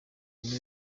muri